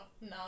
no